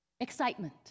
Excitement